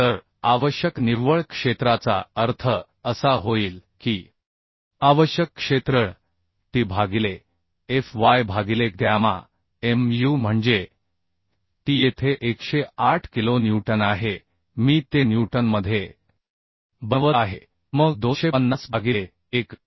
तर आवश्यक निव्वळ क्षेत्राचा अर्थ असा होईल की आवश्यक क्षेत्र t भागिले F y भागिले गॅमा muम्हणजे t येथे 108 किलो न्यूटन आहे मी ते न्यूटनमध्ये बनवत आहे मग 250 भागिले 1